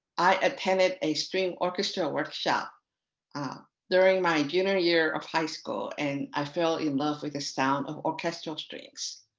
i attended a string orchestra workshop ah during my junior year of high school and i fell in love with the sound of orchestral strings.